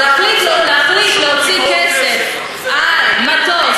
אבל להחליט להוציא כסף על מטוס,